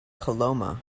coloma